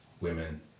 women